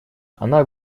она